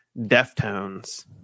deftones